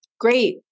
Great